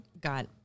got